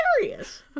hilarious